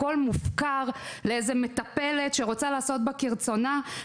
הכל מופקר למטפלת שרוצה לעשות בה כרצונה.